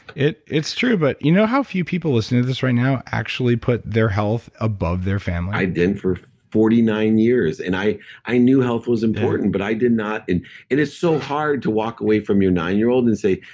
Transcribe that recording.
it's true. but do you know how few people listening to this right now actually put their health above their family? i didn't for forty nine years. and i i knew health was important, but i did not. and it is so hard to walk away from your nine-year-old and say,